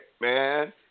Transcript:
man